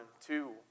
two